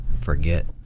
forget